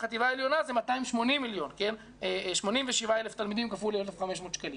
בחטיבה העליונה זה 280 מיליון 87,000 תלמידים כפול 1,500 שקלים.